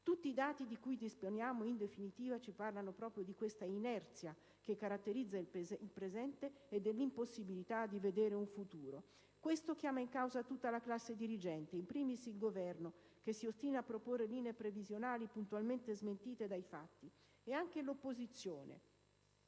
Tutti i dati di cui disponiamo, in definitiva, ci parlano proprio dell'inerzia che caratterizza il presente e dell'impossibilità di vedere un futuro. Questo chiama in causa tutta la classe dirigente; *in primis* il Governo, che si ostina a proporre linee previsionali puntualmente smentite dai fatti, e poi l'opposizione,